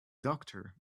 doctor